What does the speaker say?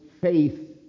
faith